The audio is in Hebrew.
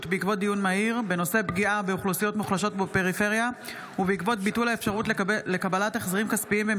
בעקבות דיון מהיר בהצעתם של חברי הכנסת טטיאנה מזרסקי,